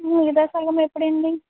మిగతా సగం ఎప్పుడండీ